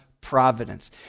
providence